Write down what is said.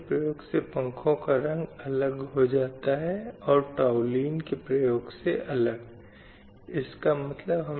अब लैंगिक न्याय की अवधारणा के उस मामले के लिए एक परिभाषा देना बहुत कठिन है लेकिन यह मूल रूप से क्या है